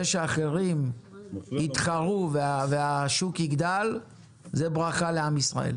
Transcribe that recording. זה שאחרים יתחרו והשוק יגדל, זו ברכה לעם ישראל.